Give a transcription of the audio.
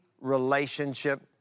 relationship